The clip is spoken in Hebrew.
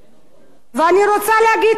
ואני רוצה להגיד שהגיע הזמן